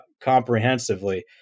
comprehensively